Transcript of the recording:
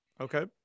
Okay